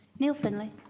neil findlay